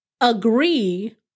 agree